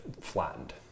flattened